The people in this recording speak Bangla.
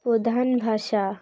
প্রধান ভাষা